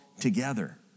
together